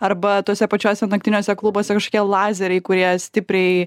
arba tuose pačiuose naktiniuose klubuose kažokie lazeriai kurie stipriai